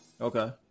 Okay